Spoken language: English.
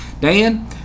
Dan